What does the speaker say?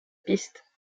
piste